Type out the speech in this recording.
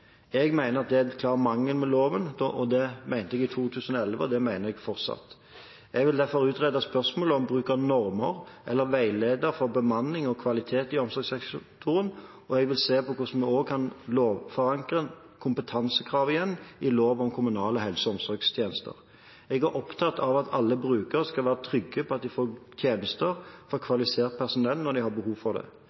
Jeg mener det er en klar mangel ved loven – det mente jeg i 2011, og det mener jeg fortsatt. Jeg vil derfor utrede spørsmålet om bruk av normer eller veileder for bemanning og kvalitet i omsorgssektoren, og jeg vil se på hvordan vi også kan lovforankre kompetansekrav igjen i lov om kommunale helse- og omsorgstjenester. Jeg er opptatt av at alle brukere skal være trygge på at de får tjenester fra kvalifisert personell når de har behov for det.